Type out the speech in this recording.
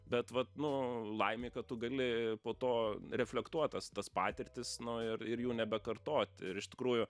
bet vat nu laimė kad tu gali po to reflektuot tas tas patirtis nu ir ir jų nebekartot ir iš tikrųjų